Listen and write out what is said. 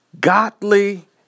Godly